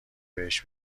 بهش